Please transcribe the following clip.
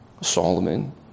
Solomon